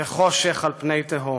וחושך על פני תהום.